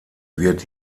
wird